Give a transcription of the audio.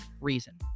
reason